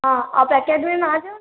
हाँ आप एकैडमी में आ जाओ ना